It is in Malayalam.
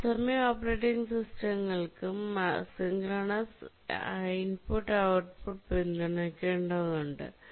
തത്സമയ ഓപ്പറേറ്റിംഗ് സിസ്റ്റങ്ങൾക്കും അസിൻക്രൊന്സ് I O പിന്തുണയ്ക്കേണ്ടതുണ്ട്